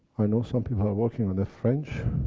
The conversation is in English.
i know some people are working on the french,